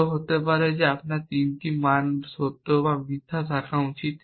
কেউ বলছে হতে পারে আপনার 3 টি মান সত্য মিথ্যা থাকা উচিত